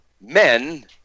men